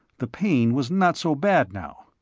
the pain was not so bad now.